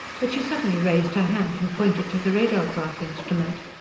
but she suddenly raised her hand and pointed to the radar-graph instrument.